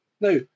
Now